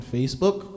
Facebook